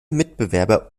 mitbewerber